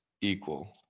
equal